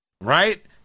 Right